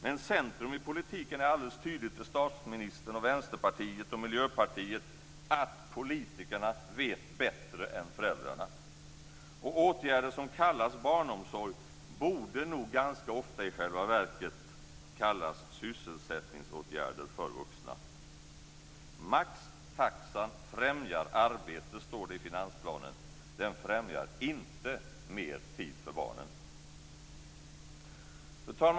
Men centrum i politiken är alldeles tydligt för statsministern, Vänsterpartiet och Miljöpartiet att politikerna vet bättre än föräldrarna. Och åtgärder som kallas barnomsorg borde nog ganska ofta i själva verket kallas sysselsättningsåtgärder för vuxna. Maxtaxan "främjar arbete", står det i finansplanen. Den främjar inte mer tid för barnen. Fru talman!